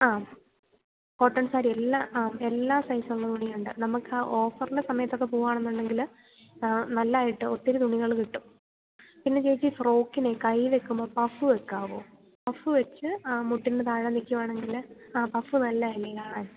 ആ കോട്ടൺ സാരി എല്ലാം ആ എല്ലാ സൈസുമുള്ള തുണിയുണ്ട് നമുക്കാ ഓഫറിൻ്റെ സമയത്തൊക്കെ പോവുകയാണെന്നുണ്ടെങ്കില് നല്ലതായിട്ട് ഒത്തിരി തുണികള് കിട്ടും പിന്നെ ചേച്ചി ഫ്രോക്കിന് കൈ വെയ്ക്കുമ്പോള് പഫ് വെയ്ക്കാമോ പഫ് വെച്ച് മുട്ടിൻ്റെ താഴെ നില്ക്കുകയാണെങ്കില് പഫ് നല്ലതല്ലേ കാണാൻ